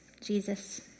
Jesus